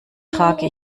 trage